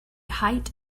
height